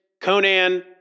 Conan